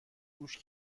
گوش